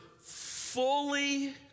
fully